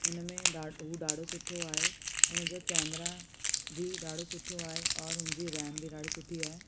हुनमें हू ॾाढो सुठो आहे हुनजो कैमरा भी ॾाढो सुठो आहे और हुनजी रैम बि ॾाढी सुठी आहे